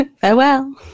Farewell